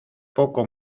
poco